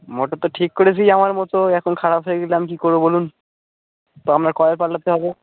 motor তো ঠিক করেছি আমার মতো এখন খারাপ হয়ে গেলে আমি কী করব বলুন তো আপনার কয়েল পালটাতে হবে